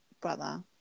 brother